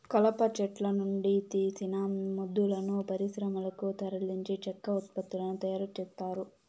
కలప చెట్ల నుండి తీసిన మొద్దులను పరిశ్రమలకు తరలించి చెక్క ఉత్పత్తులను తయారు చేత్తారు